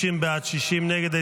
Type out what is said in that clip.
50 בעד, 60 נגד.